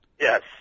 Yes